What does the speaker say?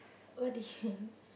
what did you